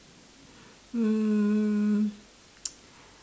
mm